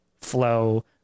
flow